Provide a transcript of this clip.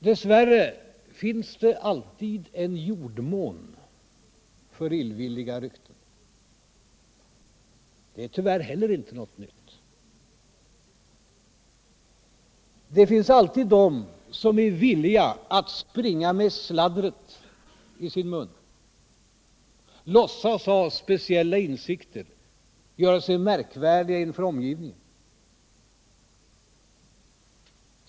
Dess värre finns det alltid en jordmån för illvilliga rykten. Det är tyvärr heller inte något nytt. Det finns alltid de som ir villiga att springa med sladdret i sin mun, låtsas ha speciella insikter, göra sig märkvärdiga inför omgivningen.